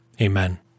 Amen